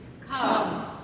Come